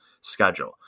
schedule